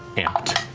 amped.